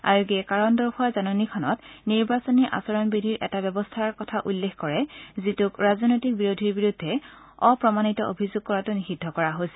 আয়োগে কাৰণ দৰ্শোৱা জাননীখনত নিৰ্বাচনী আঁচৰণবিধিৰ এটা ব্যৱস্থাৰ উল্লেখ কৰে যিটোত ৰাজনৈতিক বিৰোধীৰ বিৰুদ্ধে অপ্ৰমাণিত অভিযোগ কৰাটো নিষিদ্ধ কৰা হৈছে